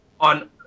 On